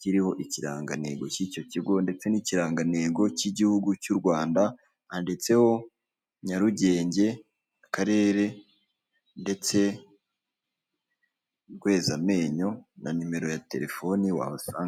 kiriho ikirangantego cy'icyo kigo ndetse n'ikirangantego cy'igihugu cy'u Rwanda handitseho Nyarugenge akarere ndetse rwezamenyo na nimero ya telefoni wahasanga .